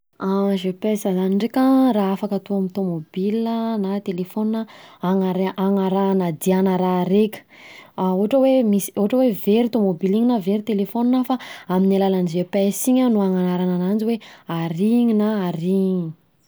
GPS zany ndreka an, raha afaka atao amin'ny tomobilina na telefaonina, hanar- hanarahana degna raha raiky, ohatra hoe misy, ohaatra hoe very tomobilina iny na very telefaonina fa amin'ny alalan'ny GPS iny no anagnaragna ananjy hoe: ary iny an ary iny.